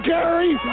Gary